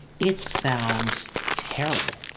it sounds terrible.